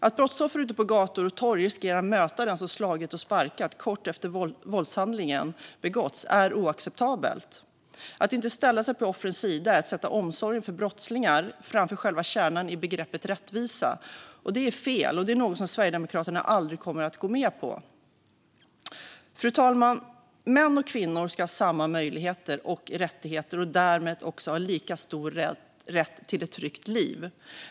Att brottsoffer ute på gator och torg riskerar att möta den som slagit och sparkat kort efter det att våldshandlingen begåtts är oacceptabelt. Att inte ställa sig på offrens sida är att sätta omsorgen om brottslingar framför själva kärnan i begreppet rättvisa. Det är fel och någonting som Sverigedemokraterna aldrig kommer att gå med på. Fru talman! Män och kvinnor ska ha samma möjligheter och rättigheter och därmed också ha lika stor rätt till ett tryggt liv.